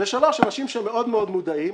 ושלוש אנשים שהם מאוד מאוד מודעים.